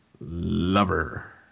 Lover